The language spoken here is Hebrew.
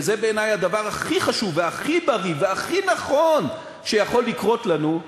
וזה בעיני הדבר הכי חשוב והכי בריא והכי נכון שיכול לקרות לנו,